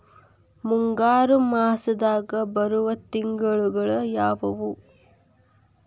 ಮುಂಗಾರು ಮಾಸದಾಗ ಬರುವ ತಿಂಗಳುಗಳ ಯಾವವು?